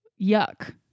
Yuck